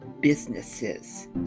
businesses